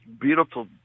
beautiful